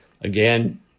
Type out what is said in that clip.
again